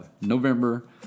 November